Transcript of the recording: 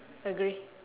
agree